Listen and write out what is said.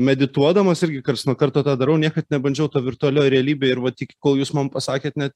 medituodamas irgi karts nuo karto tą darau niekad nebandžiau to virtualioj realybėj ir vat ik kol jūs man pasakėt net